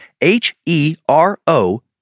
H-E-R-O